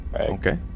Okay